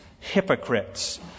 hypocrites